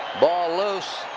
ball loose.